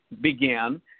began